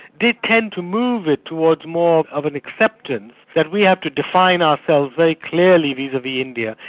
did tend to move it towards more of an acceptance that we have to define ourselves very clearly vis-a-vis india,